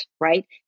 right